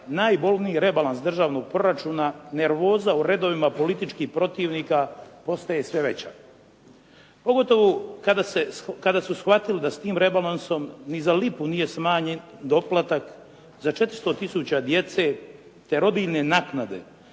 najbolniji rebalans državnog proračuna, nervoza u redovima političkih protivnika postaje sve veća, pogotovo kada su shvatili da s tim rebalansom ni za lipu nije smanjen doplatak za 400 tisuća djece te rodiljne naknade